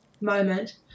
moment